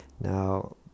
Now